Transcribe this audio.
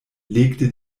legte